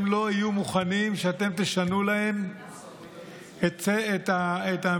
הם לא יהיו מוכנים שאתם תשנו להם את המדינה,